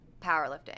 powerlifting